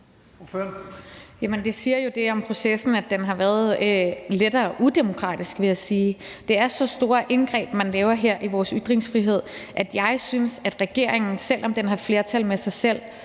det siger jo det om processen, at den har været lettere udemokratisk, vil jeg sige. Det er så store indgreb, man laver her i vores ytringsfrihed, at jeg synes, at regeringen, selv om den har flertal med sig selv,